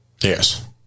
Yes